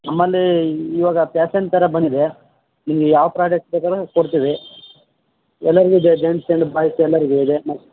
ನಮ್ಮಲ್ಲಿ ಇವಾಗ ಪ್ಯಾಸನ್ ಥರ ಬಂದಿದೆ ನಿಮಗೆ ಯಾವ ಪ್ರಾಡಕ್ಟ್ ಬೇಕಾದ್ರು ಕೊಡ್ತೀವಿ ಎಲ್ಲರ್ಗೂ ಇದೆ ಜಂಟ್ಸ್ ಆ್ಯಂಡ್ ಬಾಯ್ಸ್ ಎಲ್ಲರಿಗೂ ಇದೆ ಮ